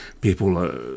people